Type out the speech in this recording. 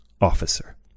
Officer